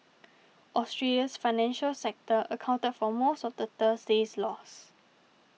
Australia's financial sector accounted for most of the Thursday's loss